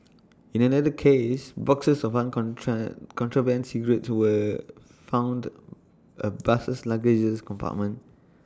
in another case boxes of on control contraband cigarettes were found A bus's luggage compartment